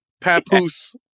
papoose